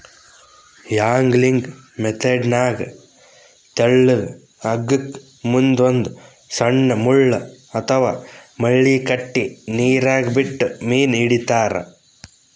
angling ಮೆಥೆಡ್ನಾಗ್ ತೆಳ್ಳಗ್ ಹಗ್ಗಕ್ಕ್ ಮುಂದ್ ಒಂದ್ ಸಣ್ಣ್ ಮುಳ್ಳ ಅಥವಾ ಮಳಿ ಕಟ್ಟಿ ನೀರಾಗ ಬಿಟ್ಟು ಮೀನ್ ಹಿಡಿತಾರ್